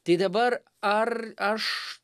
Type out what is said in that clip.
tai dabar ar aš